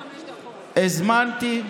הזמנתי,